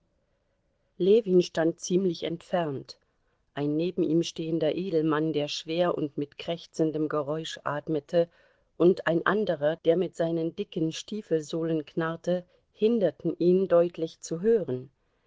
ljewin stand ziemlich entfernt ein neben ihm stehender edelmann der schwer und mit krächzendem geräusch atmete und ein anderer der mit seinen dicken stiefelsohlen knarrte hinderten ihn deutlich zu hören